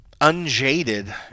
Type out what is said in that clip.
unjaded